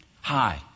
Hi